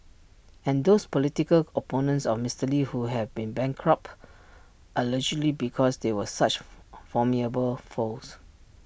and those political opponents of Mister lee who have been bankrupt allegedly because they were such formidable foes